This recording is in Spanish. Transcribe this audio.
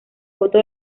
voto